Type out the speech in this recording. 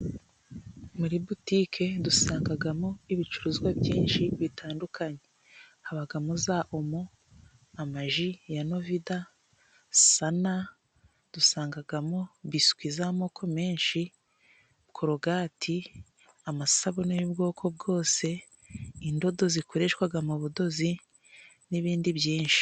Muri butike dusangamo ibicuruzwa byinshi bitandukanye. Habamo za omo, amaji ya novida, sana. Dusangamo biskwi z'amoko menshi korogati, amasabune y'ubwoko bwose, indodo zikoreshwa mu budozi n'ibindi byinshi.